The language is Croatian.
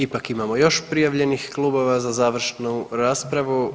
Ipak imamo još prijavljenih klubova za završnu raspravu.